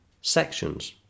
sections